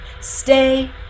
stay